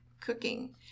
cooking